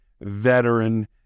veteran